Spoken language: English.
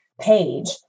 page